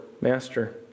master